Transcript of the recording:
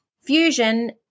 fusion